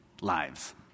lives